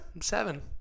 seven